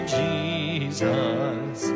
jesus